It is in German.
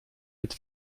mit